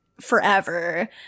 forever